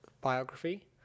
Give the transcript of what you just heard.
biography